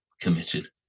committed